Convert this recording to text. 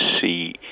see